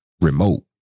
remote